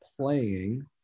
playing